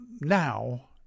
now